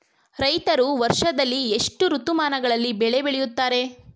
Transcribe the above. ರೈತರು ವರ್ಷದಲ್ಲಿ ಎಷ್ಟು ಋತುಮಾನಗಳಲ್ಲಿ ಬೆಳೆ ಬೆಳೆಯುತ್ತಾರೆ?